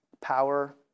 power